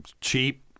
cheap